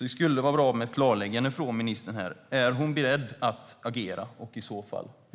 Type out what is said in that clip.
Det skulle vara bra med ett klarläggande här från ministern: Är hon beredd att agera, och i så fall hur?